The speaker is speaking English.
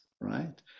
right